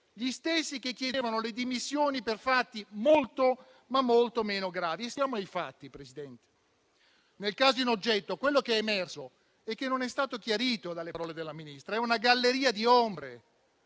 gli stessi che chiedevano le dimissioni per fatti molto meno gravi. Stiamo ai fatti, signor Presidente. Nel caso in oggetto, quello che è emerso, e che non è stato chiarito dalle parole della Ministra, è una galleria di ombre,